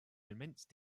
immense